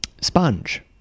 sponge